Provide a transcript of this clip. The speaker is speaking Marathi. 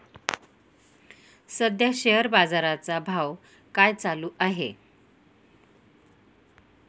सध्या शेअर बाजारा चा भाव काय चालू आहे?